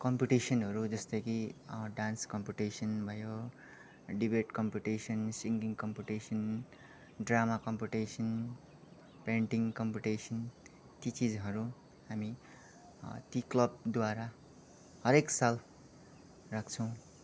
कम्पिटिसनहरू जस्तै कि डान्स कम्पिटिसन भयो debate competition singing competition drama competition painting competition ती चिजहरू हामी ती क्लबद्वारा हरेक साल राख्छौँ